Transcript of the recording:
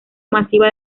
masiva